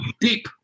deep